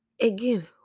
Again